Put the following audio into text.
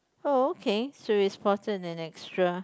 oh okay so its faulted an extra